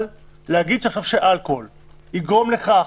אבל להגיד עכשיו שאלכוהול יגרום לכך